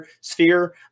sphere